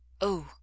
Oh